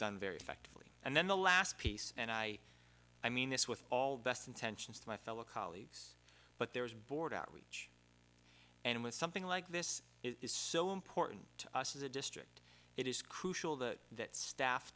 done very effectively and then the last piece and i i mean this with all the best intentions to my fellow colleagues but there's board outrage and with something like this is so important to us as a district it is crucial the that staff